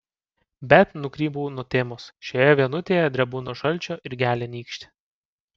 bet nukrypau nuo temos šioje vienutėje drebu nuo šalčio ir gelia nykštį